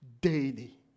daily